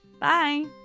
Bye